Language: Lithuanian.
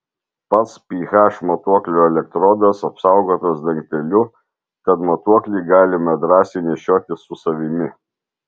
pats ph matuoklio elektrodas apsaugotas dangteliu tad matuoklį galime drąsiai nešiotis su savimi